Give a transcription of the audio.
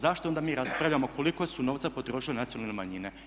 Zašto onda mi raspravljamo koliko su novca potrošile nacionalne manjine?